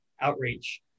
outreach